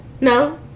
No